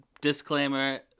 Disclaimer